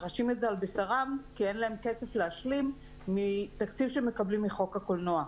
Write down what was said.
חשים את זה על בשרם כי אין להם כסף להשלים מתקציב שמקבלים מחוק הקולנוע,